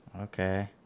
Okay